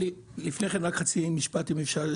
לפני כן רק חצי משפט אם אפשר.